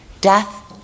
death